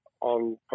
on